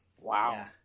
wow